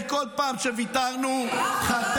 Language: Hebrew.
כי כל פעם שוויתרנו חטפנו,